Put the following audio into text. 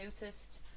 noticed